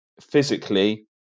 physically